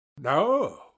No